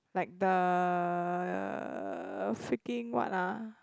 like the err freaking what ah